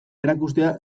erakustea